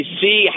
see